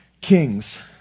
kings